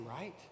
right